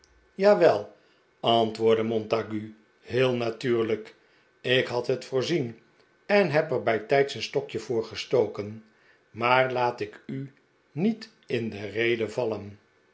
jawel antwoordde montague heel natuurlijk ik had het voorzien en heb er bijtijds een stokje voor gestoken maar laat ik u niet in de rede vallen